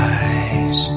eyes